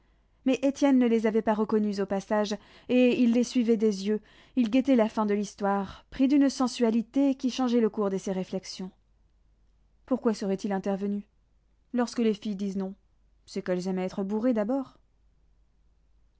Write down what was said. mais étienne ne les avait pas reconnus au passage et il les suivait des yeux il guettait la fin de l'histoire pris d'une sensualité qui changeait le cours de ses réflexions pourquoi serait-il intervenu lorsque les filles disent non c'est qu'elles aiment à être bourrées d'abord